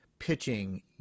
pitching